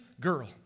girl